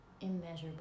immeasurable